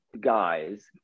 guys